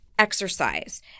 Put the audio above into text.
Exercise